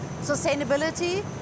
Sustainability